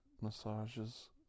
massages